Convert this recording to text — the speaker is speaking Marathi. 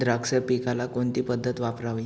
द्राक्ष पिकाला कोणती पद्धत वापरावी?